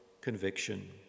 conviction